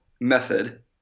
method